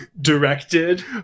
directed